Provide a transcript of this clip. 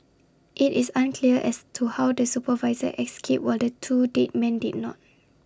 IT is unclear as to how the supervisor escaped while the two dead men did not